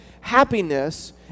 happiness